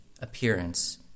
appearance